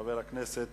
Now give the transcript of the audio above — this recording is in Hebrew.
חבר הכנסת